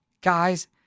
guys